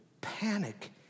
panic